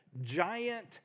giant